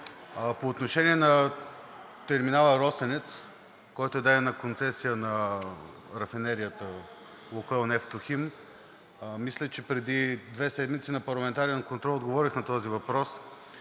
По отношение на терминала „Росенец“, който е даден на концесия на рафинерията „Лукойл Нефтохим“ мисля, че преди две седмици на парламентарен контрол отговорих на този въпрос,